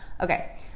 okay